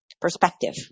perspective